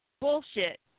Bullshit